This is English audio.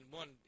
one